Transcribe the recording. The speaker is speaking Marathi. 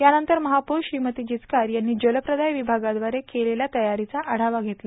यानंतर महापौर श्रीमती जिचकार यांनी जलप्रदाय विभागाद्वारे केलेल्या तयारीचा आढावा घेतला